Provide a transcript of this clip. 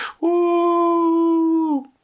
Woo